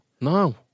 No